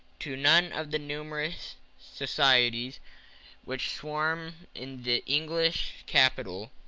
to none of the numerous societies which swarm in the english capital,